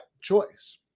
choice